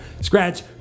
Scratch